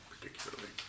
particularly